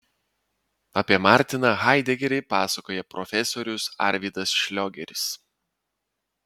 apie martiną haidegerį pasakoja profesorius arvydas šliogeris